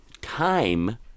time